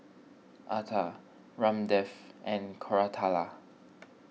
Atal Ramdev and Koratala